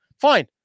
fine